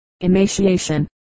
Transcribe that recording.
emaciation